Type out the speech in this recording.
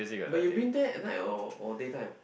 but you been there at night or or day time